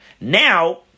Now